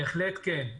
בהחלט כן.